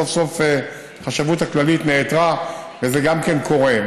סוף-סוף החשבות הכללית נעתרה, וזה גם כן קורה.